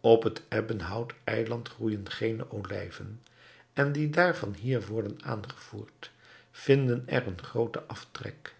op het ebbenhout eiland groeijen geene olijven en die daar van hier worden aangevoerd vinden er een grooten aftrek